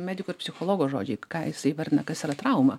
mediko ir psichologo žodžiai ką jisai įvardina kas yra trauma